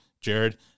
Jared